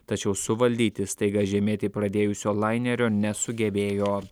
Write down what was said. tačiau suvaldyti staiga žemėti pradėjusio lainerio nesugebėjo